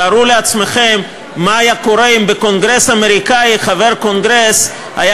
תארו לעצמכם מה היה קורה אם בקונגרס האמריקני חבר קונגרס היה